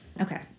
Okay